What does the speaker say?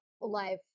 life